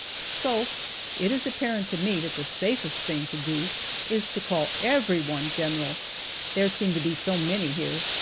so it is apparent to me that the safest thing to do is to call everyone general there seem to be so many here.